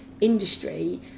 industry